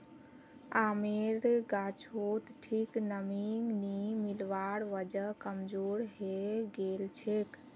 आमेर गाछोत ठीक नमीं नी मिलवार वजह कमजोर हैं गेलछेक